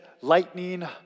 lightning